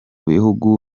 bihugu